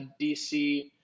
DC